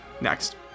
Next